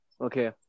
Okay